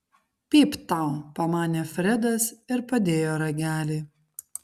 pypt tau pamanė fredas ir padėjo ragelį